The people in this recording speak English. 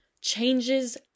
changes